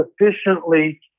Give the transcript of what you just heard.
efficiently